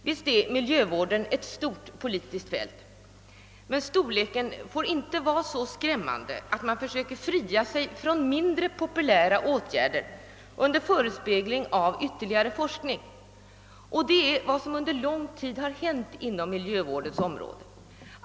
Visst är miljövården ett stort politiskt fält, men storleken får inte vara så skrämmande, att man försöker fria sig från mindre populära åtgärder under förespegling av ytterligare forskning. Det är vad som under lång tid har hänt på miljövårdens område.